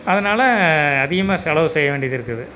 அதனால் அதிகமாக செலவு செய்ய வேண்டியதுதிருக்குது